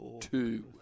two